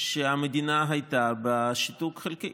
שהמדינה הייתה בשיתוק חלקי,